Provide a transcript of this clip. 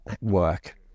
work